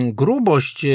grubość